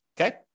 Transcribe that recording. Okay